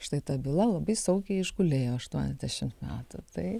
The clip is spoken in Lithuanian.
štai tą byla labai saugiai išgulėjo aštuoniasdešimt metų tai